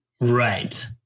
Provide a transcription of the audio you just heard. Right